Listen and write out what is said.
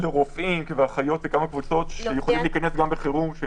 רופאים, אחיות וקבוצות שיכולים להיכנס בחירום.